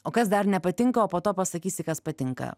o kas dar nepatinka o po to pasakysi kas patinka